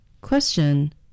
Question